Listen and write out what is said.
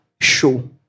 show